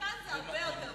כאן זה הרבה יותר מחייב.